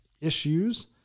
issues